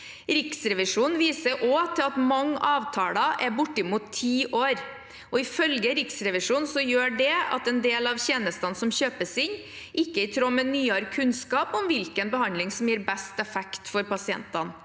Riksrevisjonen viser også til at mange avtaler er bortimot ti år gamle, og ifølge Riksrevisjonen gjør det at en del av tjenestene som kjøpes inn, ikke er i tråd med nyere kunnskap om hvilken behandling som gir best effekt for pasientene.